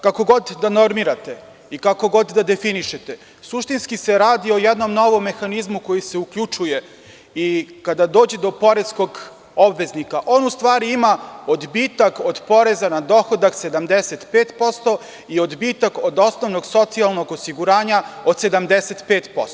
Kako god da normirate i kako god da definišete, suštinski se radi o jednom novom mehanizmu koji se uključuje i kad dođe do poreskog obveznika, on u stvari ima odbitak od poreza na dohodak 75% i odbitak od osnovnog socijalnog osiguranja od 75%